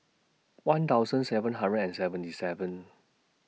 one thousand seven hundred and seventy seven